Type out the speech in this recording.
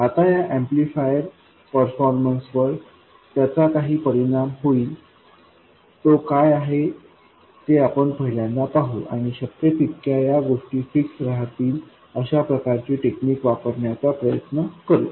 आता या amplifier performance वर त्याचा काहीतरी परिणाम होईल तो काय आहे ते आपण पहिल्यांदा पाहू आणि शक्य तितक्या या गोष्टी फिक्स रहातील अशा प्रकारची टेक्निक वापरण्याचा प्रयत्न करू